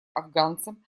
афганцам